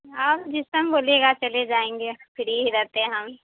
آپ جس ٹائم بولیے گا چلے جائیں گے پھری ہی رہتے ہیں ہم